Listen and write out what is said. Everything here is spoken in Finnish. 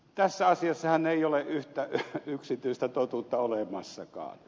tässä asiassahan ei ole yhtä yksityistä totuutta olemassakaan